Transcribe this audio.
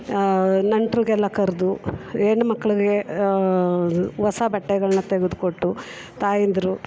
ನೆಂಟ್ರುಗೆಲ್ಲ ಕರೆದು ಹೆಣ್ಣು ಮಕ್ಳಿಗೆ ಹೊಸ ಬಟ್ಟೆಗಳನ್ನ ತೆಗೆದ್ಕೊಟ್ಟು ತಾಯಂದಿರು